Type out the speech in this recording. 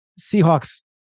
Seahawks